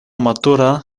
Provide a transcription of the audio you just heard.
matura